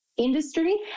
industry